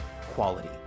quality